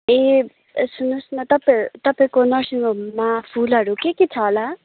ए सुन्नुहोस् न तपाईँ तपाईँको नर्सिङ होममा फुलहरू के के छ होला